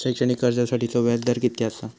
शैक्षणिक कर्जासाठीचो व्याज दर कितक्या आसा?